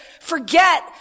forget